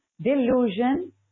delusion